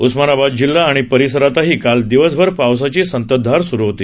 उस्मानाबाद जिल्हा आणि परिसरातही काल दिवसभर पावसाची संततधार स्रु होती